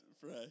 fresh